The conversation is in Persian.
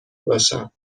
باشم